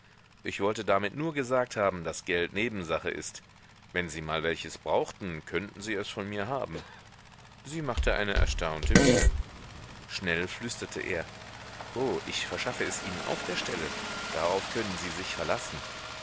ich wollte damit nur gesagt haben daß geld nebensache ist wenn sie mal welches brauchten könnten sie es von mir haben sie machte eine erstaunte miene schnell flüsterte er oh ich verschaffte es ihnen auf der stelle darauf können sie sich verlassen